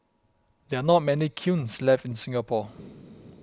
there are not many kilns left in Singapore